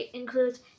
includes